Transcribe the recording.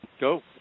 Go